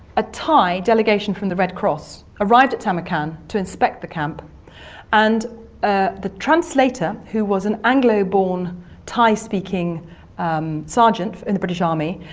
a thai delegation from the red cross arrived at tamarkan to inspect the camp and ah the translator, who was an anglo-born thai-speaking sergeant in the british army,